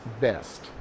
best